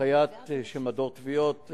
הנחיה של מדור תביעות,